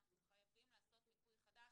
אנחנו חייבים לעשות מיפוי חדש.